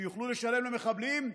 שיוכלו לשלם למחבלים,